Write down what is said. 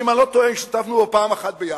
שאם אני לא טועה השתתפנו פה פעם אחת ביחד,